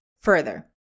further